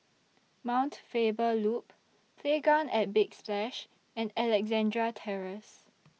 Mount Faber Loop Playground At Big Splash and Alexandra Terrace